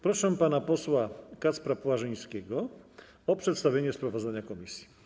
Proszę pana posła Kacpra Płażyńskiego o przedstawienie sprawozdania komisji.